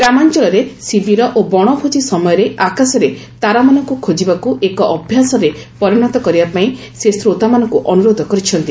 ଗ୍ରାମାଞ୍ଚଳରେ ଶିବିର ଓ ବଣଭୋଜି ସମୟରେ ଆକାଶରେ ତାରାମାନଙ୍କୁ ଖୋଳିବାକୁ ଏକ ଅଭ୍ୟାସରେ ପରିଣତ କରିବାପାଇଁ ସେ ଶ୍ରୋତାମାନଙ୍କୁ ଅନୁରୋଧ କରିଛନ୍ତି